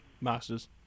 Masters